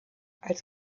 als